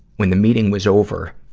when the meeting was over,